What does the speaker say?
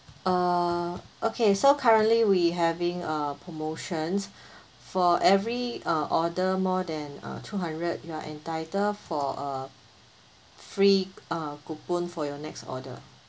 uh okay so currently we having a promotions for every uh order more than uh two hundred you are entitled for a free uh coupon for your next order